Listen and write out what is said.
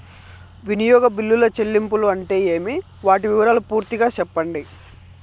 వినియోగ బిల్లుల చెల్లింపులు అంటే ఏమి? వాటి వివరాలు పూర్తిగా సెప్పండి?